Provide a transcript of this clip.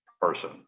person